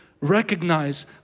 recognize